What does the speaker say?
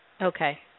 Okay